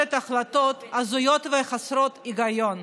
מקבלת החלטות הזויות וחסרות היגיון.